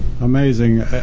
Amazing